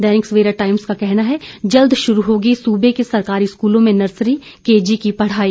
दैनिक Savera Times का कहना है जल्द शुरू होगी सूबे के सरकारी स्कूलों में नर्सरी केजी की पढ़ाई